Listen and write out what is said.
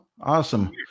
Awesome